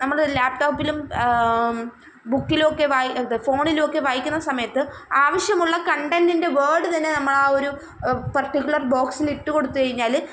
നമ്മൾ ലാപ്ടോപ്പിലും ബുക്കിലുമൊക്കെ വായ്ക്കും ഫോണിലുമൊക്കെ വായിക്കുന്ന സമയത്ത് ആവശ്യമുള്ള കണ്ടന്റിന്റെ വേഡ് തന്നെ നമ്മൾ ആ ഒരു പര്ട്ടിക്കുലര് ബോക്സിൽ ഇട്ടു കൊടുത്തു കഴിഞ്ഞാൽ